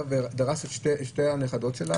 דרס את שתי הנכדות שלה.